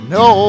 no